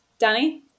Danny